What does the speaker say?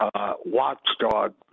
Watchdog